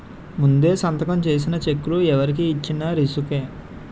ముందే సంతకం చేసిన చెక్కులు ఎవరికి ఇచ్చిన రిసుకే